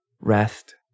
rest